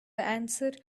answer